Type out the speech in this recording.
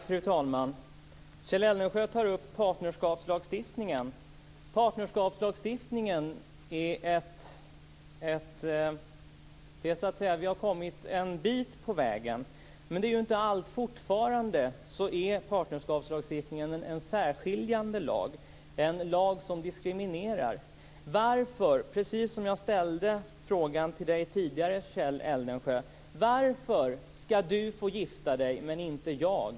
Fru talman! Kjell Eldensjö tar upp partnerskapslagstiftningen. Vi har kommit en bit på vägen, men fortfarande är partnerskapslagen särskiljande, en lag som diskriminerar. Jag ställde tidigare följande fråga till Kjell Eldensjö: Varför skall han få gifta sig men inte jag?